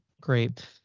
great